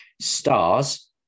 Stars